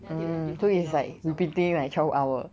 mm so is like repeating like twelve hour